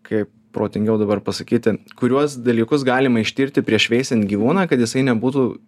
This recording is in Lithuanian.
kaip protingiau dabar pasakyti kuriuos dalykus galima ištirti prieš veisiant gyvūną kad jisai nebūtų